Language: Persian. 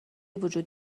وجود